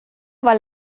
weil